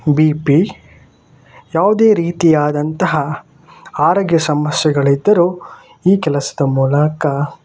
B P ಯಾವುದೇ ರೀತಿಯಾದಂತಹ ಆರೋಗ್ಯ ಸಮಸ್ಯೆಗಳಿದ್ದರೂ ಈ ಕೆಲಸದ ಮೂಲಕ